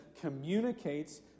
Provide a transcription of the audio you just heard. communicates